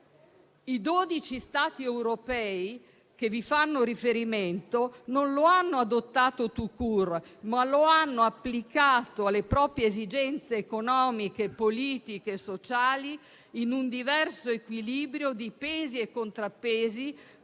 I 12 Stati europei che vi fanno riferimento non lo hanno adottato *tout-court*, ma lo hanno applicato alle proprie esigenze economiche, politiche e sociali in un diverso equilibrio di pesi e contrappesi